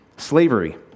Slavery